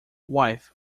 wife